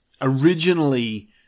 originally